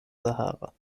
sahara